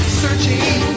searching